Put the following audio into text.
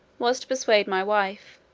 was to persuade my wife,